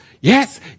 yes